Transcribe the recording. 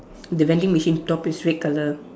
the vending machine top is red colour